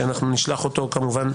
שנשלח אותו כמובן,